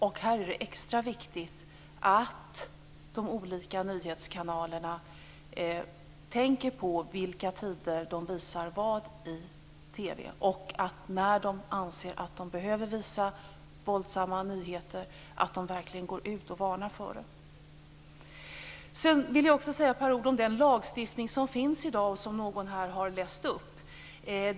Och här är det extra viktigt att de olika nyhetskanalerna tänker på vilka tider som de visar vad i TV. Och när de anser att de behöver visa våldsamma nyheter är det viktigt att de verkligen går ut och varnar för dem. Jag skall också säga något om den lagstiftning som finns i dag och som någon här har läst upp.